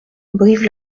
brive